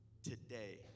Today